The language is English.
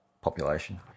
population